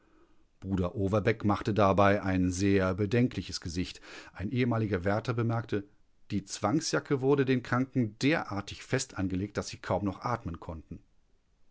bruder overbeck machte dabei ein sehr bedenkliches gesicht ein ehemaliger wärter bemerkte die zwangsjacke wurde den kranken derartig fest angelegt daß sie kaum noch atmen konnten